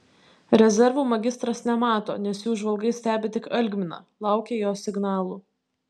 rezervų magistras nemato nes jų žvalgai stebi tik algminą laukia jo signalų